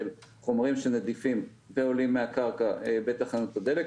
של חומרים שנדיפים ועולים מהקרקע בתחנות הדלק.